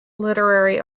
literary